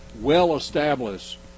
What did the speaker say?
well-established